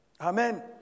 Amen